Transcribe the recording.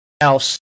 else